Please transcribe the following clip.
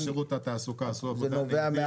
גם שירות התעסוקה עשו עבודה מדהימה,